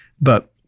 but-